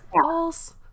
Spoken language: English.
false